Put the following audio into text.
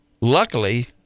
luckily